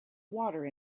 water